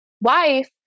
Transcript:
wife